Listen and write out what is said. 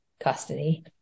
custody